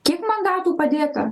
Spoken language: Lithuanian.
kiek mandatų padėta